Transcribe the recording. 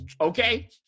okay